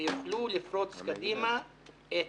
ויוכלו לפרוץ קדימה את